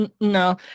No